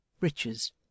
riches